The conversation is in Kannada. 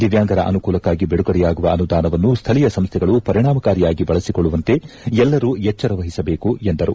ದಿವ್ಯಾಂಗರ ಅನುಕೂಲಕ್ಕಾಗಿ ಬಿಡುಗಡೆಯಾಗುವ ಅನುದಾನವನ್ನು ಸ್ಥಳೀಯ ಸಂಸೈಗಳು ಪರಿಣಾಮಕಾರಿಯಾಗಿ ಬಳಸಿಕೊಳ್ಳುವಂತೆ ಎಲ್ಲರು ಎಚ್ವರ ವಹಿಸಬೇಕು ಎಂದರು